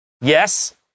Yes